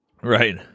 Right